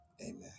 Amen